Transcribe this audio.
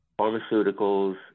pharmaceuticals